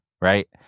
right